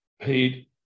paid